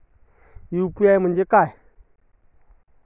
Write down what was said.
UPI म्हणजे काय?